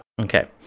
Okay